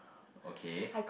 okay